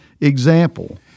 example